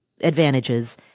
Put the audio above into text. advantages